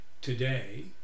today